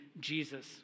Jesus